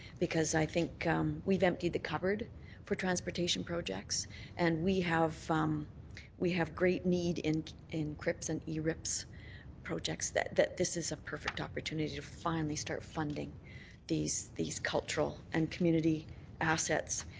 because i think we've emptied the cupboard for transportation projects and we have um we have great need in in crips and erips projects that that this is a perfect opportunity to finally start funding these these cultural and community assets.